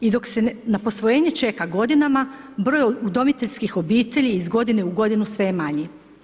I dok se na posvojene čeka godina, broj udomiteljskih obitelji iz godine u godinu sve je manji.